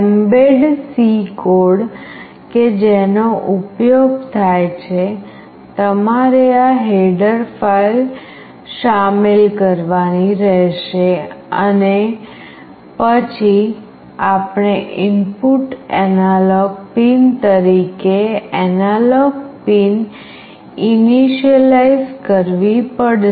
embed C code કે જેનો ઉપયોગ થાય છે તમારે આ હેડર ફાઇલ શામેલ કરવાની રહેશે પછી આપણે ઇનપુટ એનાલોગ પિન તરીકે એનાલોગ પિન ઇનિશ્યલાઈઝ કરવી પડશે